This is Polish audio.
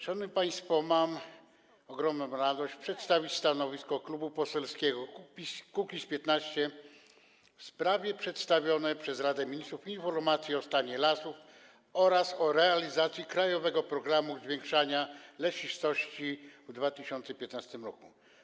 Szanowni państwo, mam ogromną radość przedstawić stanowisko Klubu Poselskiego Kukiz’15 w sprawie przedstawionej przez Radę Ministrów informacji o stanie lasów oraz o realizacji „Krajowego programu zwiększania lesistości” w 2015 r.